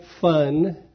fun